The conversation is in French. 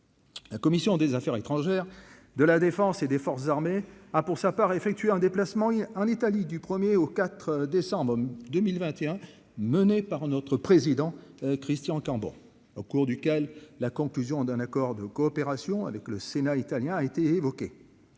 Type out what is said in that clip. la commission des Affaires étrangères. De la Défense et des forces armées a pour sa part effectuer un déplacement en Italie du 1er au 4. Décembre 2021 menée par notre président, Christian Cambon au cours duquel la con. Fusion d'un accord de coopération avec le Sénat italien a été évoquée,